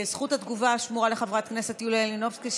זכות התגובה שמורה לחברת הכנסת יוליה מלינובסקי,